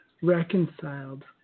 reconciled